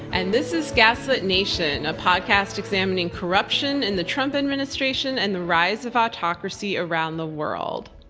and this is gaslit nation, a podcast examining corruption in the trump administration and the rise of autocracy around the world.